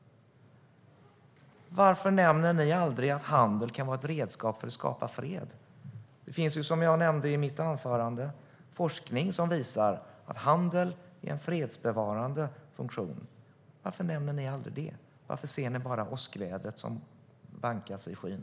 Varför nämner ni aldrig att handel kan vara ett redskap för att skapa fred? Som jag nämnde i mitt anförande finns det ju forskning som visar att handel har en fredsbevarande funktion. Varför nämner ni aldrig det? Varför ser ni bara åskvädret som vankas i skyn?